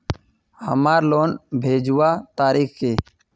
हमार लोन भेजुआ तारीख की?